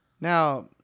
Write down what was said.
Now